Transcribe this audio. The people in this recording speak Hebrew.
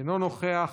אינו נוכח,